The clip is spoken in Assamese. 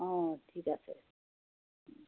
অঁ ঠিক আছে